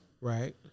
Right